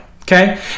okay